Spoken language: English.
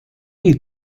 you